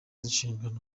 inshingano